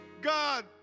God